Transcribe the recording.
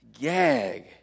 gag